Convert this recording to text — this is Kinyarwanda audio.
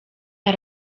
ari